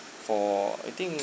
for I think